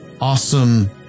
awesome